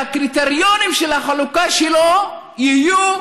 והקריטריונים של החלוקה שלו יהיו